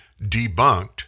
debunked